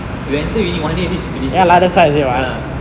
you enter uni one year I think she finish lah ya